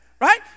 Right